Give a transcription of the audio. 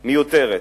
מיותרת,